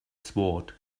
sword